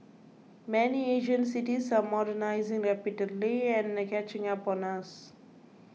many Asian cities are modernising rapidly and catching up on us